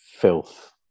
filth